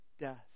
death